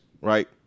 Right